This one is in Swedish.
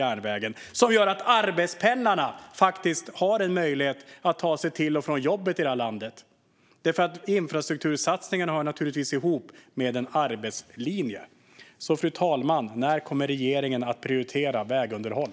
Det skulle göra att arbetspendlarna i det här landet faktiskt skulle ha en möjlighet att ta sig till och från jobbet, för infrastruktursatsningarna hör naturligtvis ihop med arbetslinjen. Fru talman! När kommer regeringen att prioritera vägunderhåll?